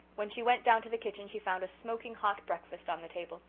when she went down to the kitchen she found a smoking hot breakfast on the table.